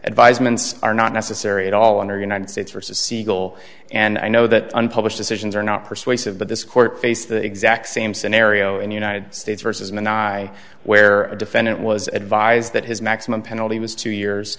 advisements are not necessary at all under united states versus siegel and i know that unpublished decisions are not persuasive but this court faced the exact same scenario in the united states versus and i where a defendant was advised that his maximum penalty was two years